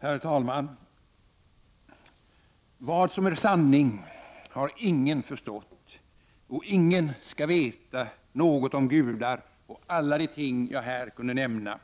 Herr talman! ”Vad som är sanning har ingen förstått, och ingen skall veta något om gudar och alla de ting jag här kunde nämna.